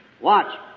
Watch